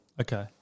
Okay